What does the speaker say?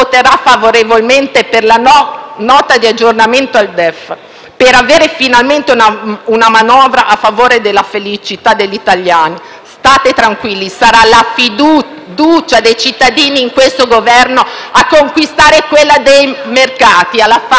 per avere finalmente una manovra a favore della felicità degli italiani. State tranquilli. Sarà la fiducia dei cittadini in questo Governo a conquistare quella dei mercati. Alla faccia delle vostre perplessità!